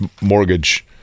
mortgage